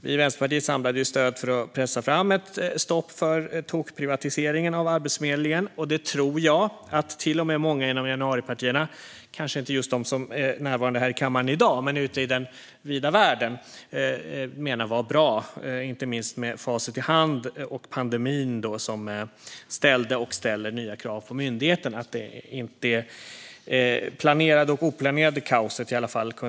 Vi i Vänsterpartiet samlade ju stöd för att pressa fram ett stopp för tokprivatiseringen av Arbetsförmedlingen, och att det planerade och oplanerade kaoset i alla fall kunde skjutas upp lite grann tror jag till och med att många inom januaripartierna - kanske inte just de som är närvarande här i kammaren i dag men ute i den vida världen - menar var bra, inte minst med facit i hand angående pandemin, som ställde och ställer nya krav på myndigheten.